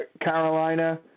Carolina